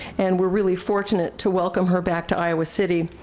and we're really fortunate to welcome her back to iowa city.